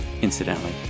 incidentally